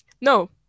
No